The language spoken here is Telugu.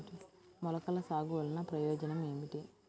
మొలకల సాగు వలన ప్రయోజనం ఏమిటీ?